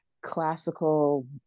classical